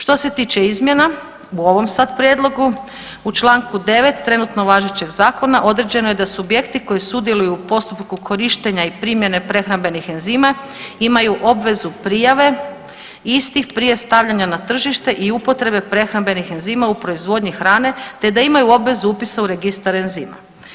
Što se tiče izmjena, u ovom sad prijedlogu, u Članku 9. trenutno važećeg zakona određeno je da subjekti koji sudjeluju u postupku korištenja i primjene prehrambenih enzima imaju obvezu prijave istih prije stavljanja na tržište i upotrebe prehrambenih enzima u proizvodnji hrane te da imaju obvezu upisa u registar enzima.